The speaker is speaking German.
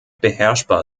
beherrschbar